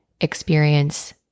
experience